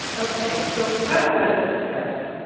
ok so relevance tips.